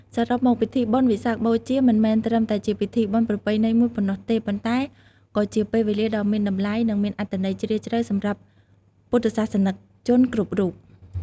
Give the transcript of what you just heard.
សរុបមក ពិធីបុណ្យវិសាខបូជា មិនមែនត្រឹមតែជាពិធីបុណ្យប្រពៃណីមួយប៉ុណ្ណោះទេ ប៉ុន្តែក៏ជាពេលវេលាដ៏មានតម្លៃ និងមានអត្ថន័យជ្រាលជ្រៅសម្រាប់ពុទ្ធសាសនិកជនគ្រប់រូប។